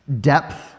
depth